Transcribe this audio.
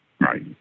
Right